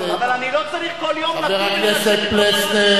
אבל אני לא צריך כל יום לקום ולנשק את עפרה של הארץ.